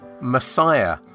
Messiah